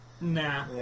Nah